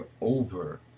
over